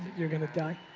you're going to die.